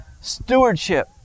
Stewardship